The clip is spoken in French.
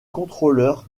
contrôleur